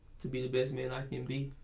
to be the best man i can be.